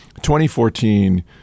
2014